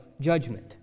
judgment